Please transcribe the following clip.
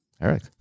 Eric